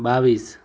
બાવીસ